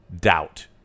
Doubt